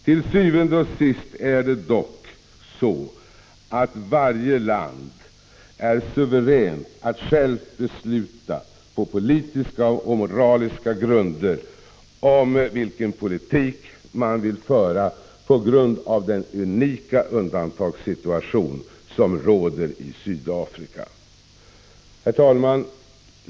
Til syvende og sidst är dock varje land suveränt att självt besluta, på politiska och moraliska grunder, om vilken politik man vill föra med anledning av den unika undantagssituation som råder i Sydafrika. Herr talman!